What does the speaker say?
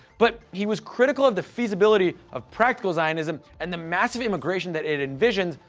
but he was critical of the feasibility of practical zionism and the massive immigration that it envisioned,